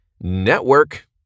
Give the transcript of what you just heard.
Network